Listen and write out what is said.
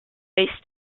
based